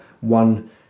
one